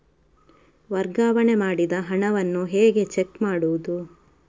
ವರ್ಗಾವಣೆ ಮಾಡಿದ ಹಣವನ್ನು ಹೇಗೆ ಚೆಕ್ ಮಾಡುವುದು?